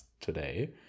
today